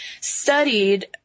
studied